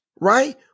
Right